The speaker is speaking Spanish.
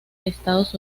estados